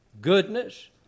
goodness